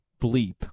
bleep